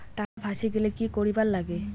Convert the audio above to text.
টাকা ফাঁসি গেলে কি করিবার লাগে?